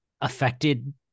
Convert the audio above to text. affected